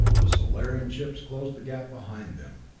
the solarian ships closed the gap behind them,